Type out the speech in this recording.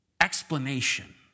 explanation